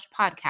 podcast